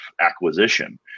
acquisition